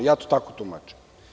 Ja to tako tumačim.